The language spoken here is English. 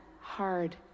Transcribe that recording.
hard